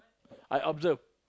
I observe